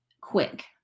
quick